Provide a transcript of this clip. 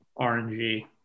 RNG